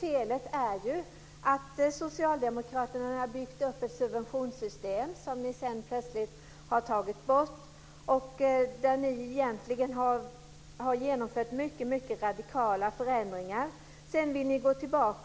felet är ju att ni socialdemokrater har byggt upp ett subventionssystem som ni sedan plötsligt har tagit bort och där ni egentligen har genomfört mycket radikala förändringar. Sedan vill ni gå tillbaka.